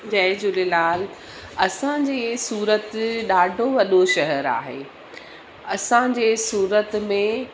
जय झूलेलाल असांजे सूरत ॾाढो वॾो शहरु आहे असांजे सूरत में